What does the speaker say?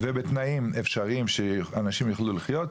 ובתנאים אפשריים שאנשים יוכלו לחיות,